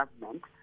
government